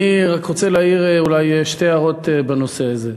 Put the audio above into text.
אני רק רוצה להעיר אולי שתי הערות בנושא הזה.